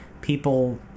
people